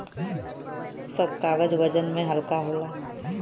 सब कागज वजन में हल्का होला